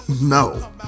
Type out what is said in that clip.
No